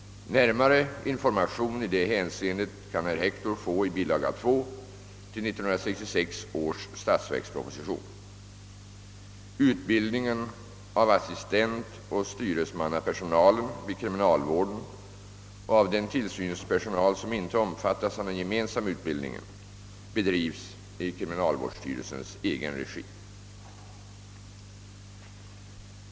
Närmare information i detta hänseende kan herr Hector få i bilaga 2 till 1966 års statsverksproposition. Utbildningen av assistentoch styresmannapersonalen vid kriminalvården och av den tillsynspersonal som inte omfattas av den gemensamma utbildningen bedrivs i kriminalvårdsstyrelsens egen regi.